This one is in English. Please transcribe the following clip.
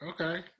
okay